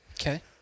Okay